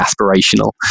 aspirational